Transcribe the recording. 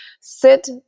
sit